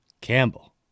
Campbell